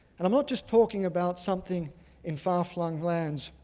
and i'm not just talking about something in far flung lands,